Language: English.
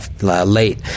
late